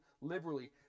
liberally